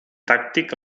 tàctic